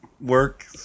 work